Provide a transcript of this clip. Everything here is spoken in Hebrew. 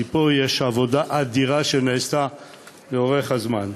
כי נעשתה פה עבודה אדירה לאורך זמן,